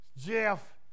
Jeff